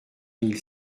mille